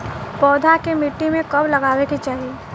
पौधा के मिट्टी में कब लगावे के चाहि?